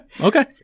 okay